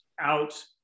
out